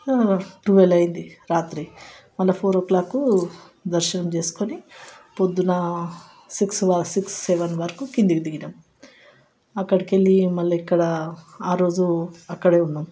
twelve అయ్యింది రాత్రి మళ్ళా ఫోర్ ఓ క్లాక్కు దర్శనం చేసుకొని పొద్దున్న సిక్స్ సిక్స్ సెవెన్ వరకు కిందికి దిగినాం అక్కడికి వెళ్ళి మళ్ళీ ఇక్కడ ఆరోజు అక్కడ ఉన్నాం